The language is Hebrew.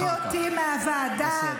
להוציא אותי מהוועדה,